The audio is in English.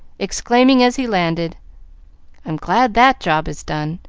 exclaiming, as he landed i'm glad that job is done!